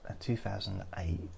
2008